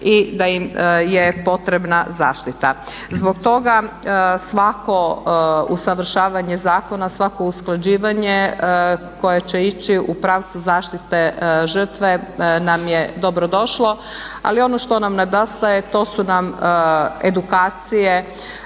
i da im je potrebna zaštita. Zbog toga svako usavršavanje zakona, svako usklađivanje koje će ići u pravcu zaštite žrtve nam je dobrodošlo. Ali ono što nam nedostaje to su nam edukacije